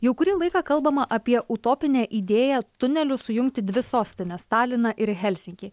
jau kurį laiką kalbama apie utopinę idėją tuneliu sujungti dvi sostines taliną ir helsinkį